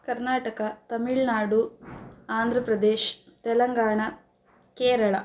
कर्नाटका तमिल्नाडु आन्ध्रप्रदेशः तेलङ्गाणा केरला